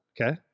Okay